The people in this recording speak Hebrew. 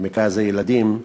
במקרה הזה, ילדים,